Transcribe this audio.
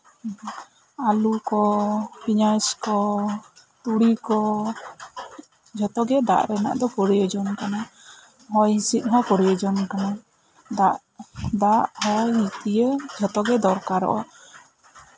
ᱟᱞᱩ ᱠᱚ ᱯᱮᱸᱭᱟᱡ ᱠᱚ ᱛᱩᱲᱤ ᱠᱚ ᱡᱷᱚᱛᱚ ᱜᱮ ᱫᱟᱜ ᱨᱮᱱᱟᱜ ᱜᱮ ᱯᱨᱚᱭᱳᱡᱚᱱ ᱠᱟᱱᱟ ᱦᱚᱭ ᱦᱤᱸᱥᱤᱫ ᱦᱚᱸ ᱯᱚᱭᱳᱡᱚᱱ ᱠᱟᱱᱟ ᱫᱟᱜ ᱫᱟᱜ ᱦᱚᱭ ᱤᱭᱟᱹ ᱡᱷᱚᱛᱚ ᱜᱮ ᱫᱚᱨᱠᱟᱨᱚᱜᱼᱟ